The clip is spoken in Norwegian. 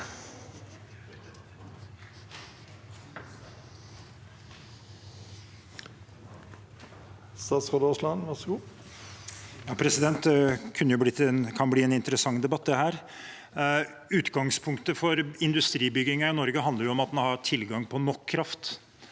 Dette kan bli en interessant debatt. Utgangspunktet for industribyggingen i Norge handler om at en har tilgang på nok kraft.